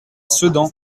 sedan